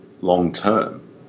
long-term